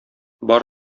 бар